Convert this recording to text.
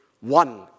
one